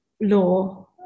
law